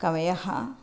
कवयः